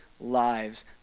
lives